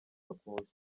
bakunzwe